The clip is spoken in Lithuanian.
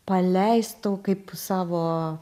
paleistų kaip savo